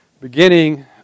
Beginning